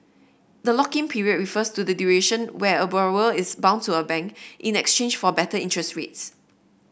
the lock in period refers to the duration where a borrower is bound to a bank in exchange for better interest rates